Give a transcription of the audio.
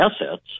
assets